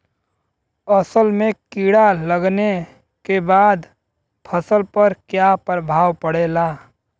असल में कीड़ा लगने के बाद फसल पर क्या प्रभाव पड़ेगा?